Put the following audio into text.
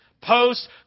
Post